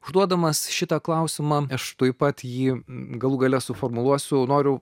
užduodamas šitą klausimą aš tuoj pat jį galų gale suformuluosiu noriu